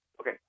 Okay